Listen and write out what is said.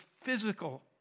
physical